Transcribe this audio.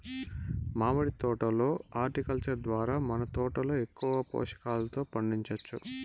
మామిడి తోట లో హార్టికల్చర్ ద్వారా మన తోటలో ఎక్కువ పోషకాలతో పండించొచ్చు